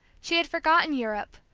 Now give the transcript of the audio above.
she had forgotten europe,